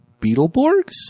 Beetleborgs